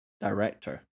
director